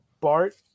Bart